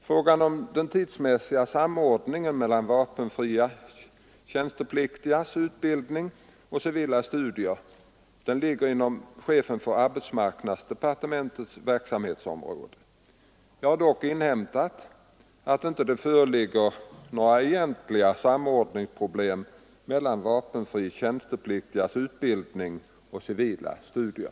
Frågan om den tidsmässiga samordningen mellan vapenfria tjänstepliktigas utbildning och civila studier ligger inom chefens för arbetsmarknadsdepartementet verksamhetsområde. Jag har dock inhämtat att det inte föreligger några egentliga samordningsproblem mellan vapenfria tjänstepliktigas utbildning och civila studier.